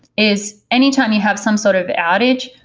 is any time you have some sort of outage,